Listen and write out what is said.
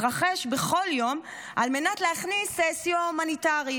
שתתרחש בכל יום על מנת להכניס סיוע הומניטרי.